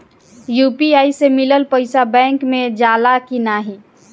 UPI से मिलल पईसा बैंक मे जाला की नाहीं?